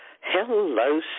Hello